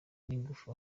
n’ingufu